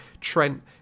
Trent